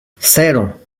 cero